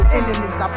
enemies